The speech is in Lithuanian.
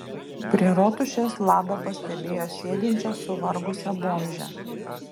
prie rotušės lada pastebėjo sėdinčią suvargusią bomžę